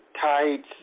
tights